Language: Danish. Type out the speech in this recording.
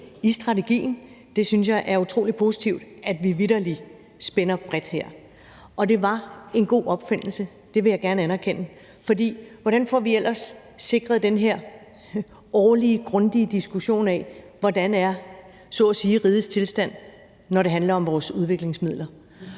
i strategien. Det synes jeg er utrolig positivt, altså at vi vitterlig spænder bredt her. Det var en god opfindelse, det vil jeg gerne anerkende, for hvordan får vi ellers sikret den her årlige grundige diskussion af, hvordan rigets tilstand så at sige er, når det handler om vores udviklingsmidler?